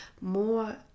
more